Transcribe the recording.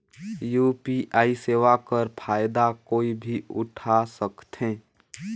UPI सेवा कर फायदा कोई भी उठा सकथे?